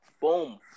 boom